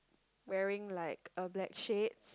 wearing like a black shade